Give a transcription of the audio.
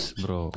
bro